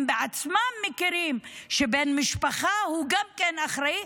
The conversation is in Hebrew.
הם עצמם מכירים שבן משפחה הוא גם כן אחראי.